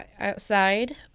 outside